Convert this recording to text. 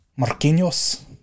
Marquinhos